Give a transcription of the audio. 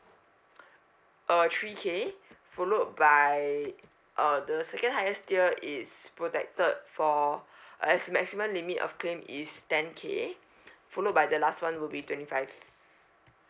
uh three K followed by uh the second highest tier is protected for as maximum limit of claim is ten K followed by the last one will be twenty five